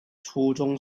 初中